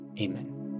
Amen